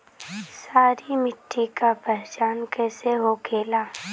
सारी मिट्टी का पहचान कैसे होखेला?